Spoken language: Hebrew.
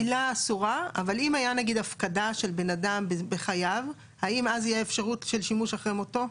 האם במקרה של הפקדה של אדם בחייו יש אפשרות לשימוש אחרי מותו?